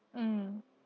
mm